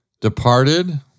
Departed